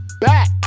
back